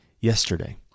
yesterday